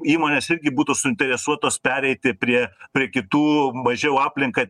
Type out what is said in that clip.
įmonės irgi būtų suinteresuotos pereiti prie prie kitų mažiau aplinką